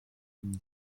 ihm